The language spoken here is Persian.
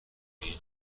این